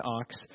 ox